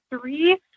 three